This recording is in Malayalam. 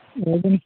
അതുപോലെ തന്നെ